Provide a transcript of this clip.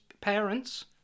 parents